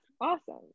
awesome